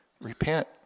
repent